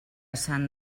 sant